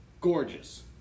Gorgeous